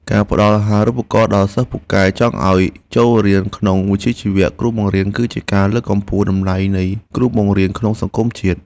ការផ្តល់អាហារូបករណ៍ដល់សិស្សពូកែឱ្យចូលរៀនក្នុងវិជ្ជាជីវៈគ្រូបង្រៀនគឺជាការលើកកម្ពស់តម្លៃនៃគ្រូបង្រៀនក្នុងសង្គមជាតិ។